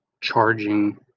charging